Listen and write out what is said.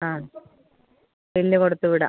ആ ബിൽ കൊടുത്ത് വിടാം